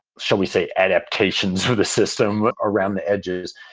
shall we say, adaptations through the system, around the edges.